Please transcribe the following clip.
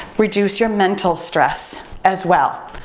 reduce your mental stress as well.